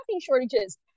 shortages